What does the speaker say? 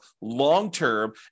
long-term